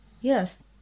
yes